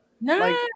No